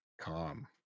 calm